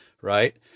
right